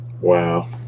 Wow